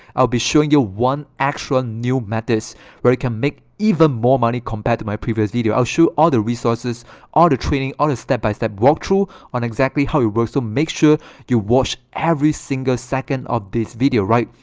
i'll be showing you one actual new methods where it can make even more money compared to my previous video i'll show other resources are the training on a step-by-step walkthrough on exactly how it works to make sure you wash every single second of this video, right?